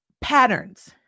patterns